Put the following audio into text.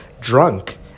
drunk